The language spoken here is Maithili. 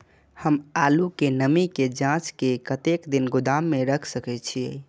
हम आलू के नमी के जाँच के कतेक दिन गोदाम में रख सके छीए?